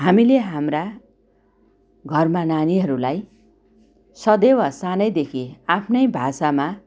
हामीले हाम्रा घरमा नानीहरूलाई सदैव सानैदेखि आफ्नै भाषामा